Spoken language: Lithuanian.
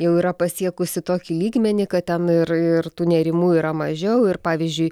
jau yra pasiekusi tokį lygmenį kad ten ir ir tų nerimų yra mažiau ir pavyzdžiui